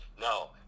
No